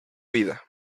vida